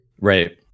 Right